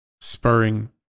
spurring